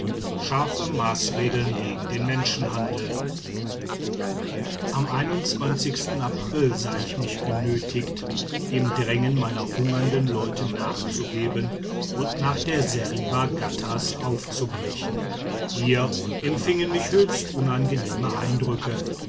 scharfe maßregeln gegen den menschenhandel am april sah ich mich genötigt dem drängen meiner hungernden leute nachzugeben und nach der seriba ghattas aufzubrechen hier empfingen mich höchst unangenehme eindrücke